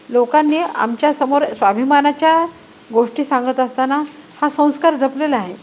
लोकांनी आमच्या समोर स्वाभिमानाच्या गोष्टी सांगत असताना हा संस्कार जपलेला आहे